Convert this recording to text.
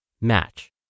match